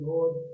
Lord